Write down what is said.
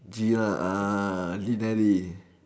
gear uh